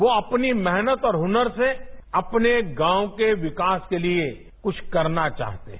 वो अपनी मेहनत और हुनर से अपने गांव के विकास के लिए कुछ करना चाहते हैं